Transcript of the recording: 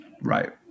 Right